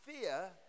fear